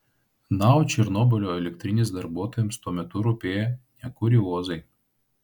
na o černobylio elektrinės darbuotojams tuo metu rūpėjo ne kuriozai